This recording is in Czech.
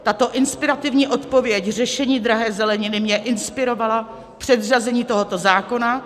Tato inspirativní odpověď řešení drahé zeleniny mě inspirovala k předřazení tohoto zákona.